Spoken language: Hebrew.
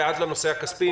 ועד לנושא הכספי.